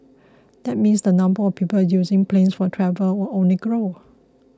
that means the number of people using planes for travel will only grow